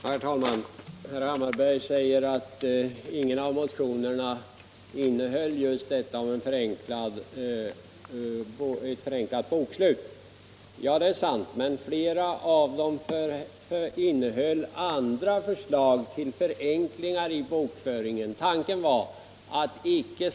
Herr talman! Herr Hammarberg säger att ingen av motionerna innehöll krav enbart på förenklat bokslut. Det är sant, men flera av dem innehöll andra förslag till förenklingar i bokföringen, samt krav på hel frikrets, innefattande jämväl befrielse från att upprätta årsbokslut.